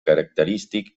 característic